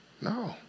No